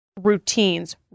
routines